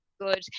good